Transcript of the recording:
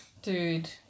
Dude